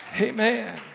Amen